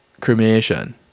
cremation